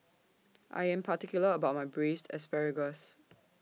I Am particular about My Braised Asparagus